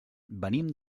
venim